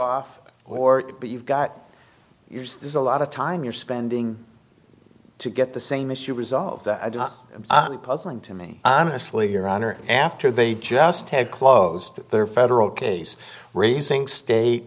off or but you've got yours there's a lot of time you're spending to get the same issue resolved puzzling to me honestly your honor after they just had closed their federal case raising state